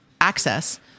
access